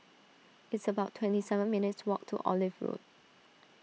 it's about twenty seven minutes' walk to Olive Road